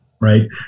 right